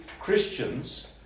Christians